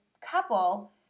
couple